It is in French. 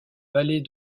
vallée